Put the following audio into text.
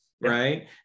Right